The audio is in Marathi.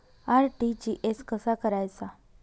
आर.टी.जी.एस कसा करायचा?